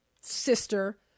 sister